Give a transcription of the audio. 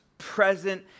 present